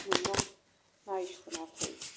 मोना नायस'नाखै